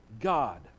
God